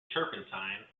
turpentine